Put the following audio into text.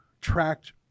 tracked